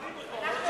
אנחנו אוהבים אותו.